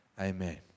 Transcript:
Amen